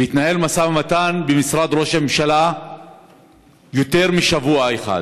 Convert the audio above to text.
והתנהל משא ומתן במשרד ראש הממשלה יותר משבוע אחד.